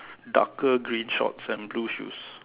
darker green shorts and blue shoes